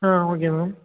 ah okay ma'am